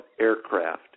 aircraft